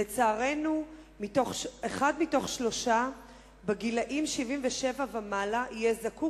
לצערנו אחד מתוך שלושה בגילים 77 ומעלה יהיה זקוק